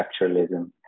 structuralism